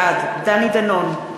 בעד דני דנון,